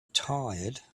tired